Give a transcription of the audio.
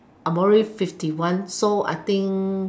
I'm already fifty one so I think